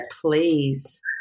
please